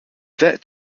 their